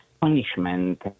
punishment